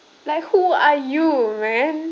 like who are you man